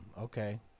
Okay